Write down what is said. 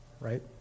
right